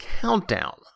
Countdown